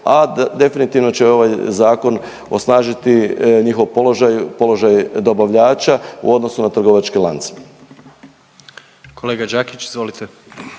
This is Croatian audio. a definitivno će ovaj zakon osnažiti njihov položaj, položaj dobavljača u odnosu na trgovačke lance.